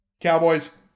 Cowboys